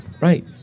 Right